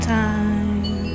time